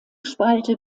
spalte